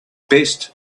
best